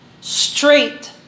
Straight